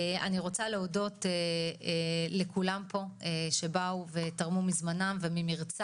אני רוצה להודות לכולם פה שבאו ותרמו מזמנם וממרצם